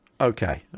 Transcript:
Okay